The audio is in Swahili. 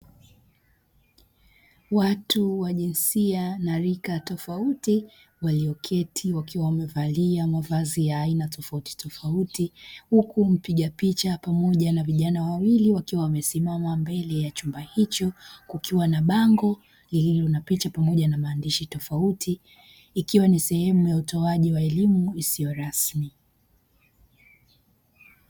Watu wa jinsia na rika tofauti walioketi wakiwa wamevalia mavazi ya aina tofautitofauti, huku mpiga picha pamoja na vijana wawili wakiwa wamesimama mbele ya chumba hicho kukiwa na bango lililo na picha pamoja na maandishi tofauti, ikiwa ni sehemu ya utoaji wa elimu isiyo rasmi.